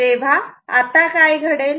तेव्हा आता काय घडेल